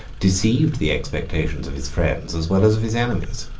deceived the expectations of his friends, as well as of his enemies.